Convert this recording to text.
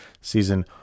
season